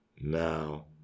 now